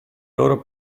loro